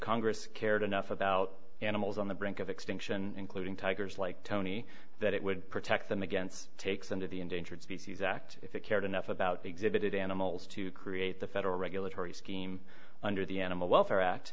congress cared enough about animals on the brink of extinction including tigers like tony that it would protect them against takes under the endangered species act if it cared enough about exhibited animals to create the federal regulatory scheme under the animal welfare act